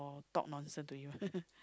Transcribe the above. I talk nonsense to you